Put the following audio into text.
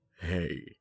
hey